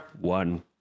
one